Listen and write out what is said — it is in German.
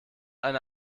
eine